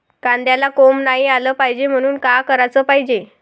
कांद्याला कोंब नाई आलं पायजे म्हनून का कराच पायजे?